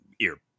ear